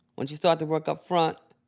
once you start to work up front,